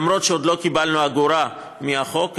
אף שעוד לא קיבלנו אגורה מהחוק,